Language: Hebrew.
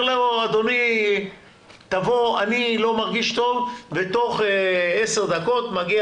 אומר 'אני לא מרגיש טוב' ותוך 10 דקות מגיע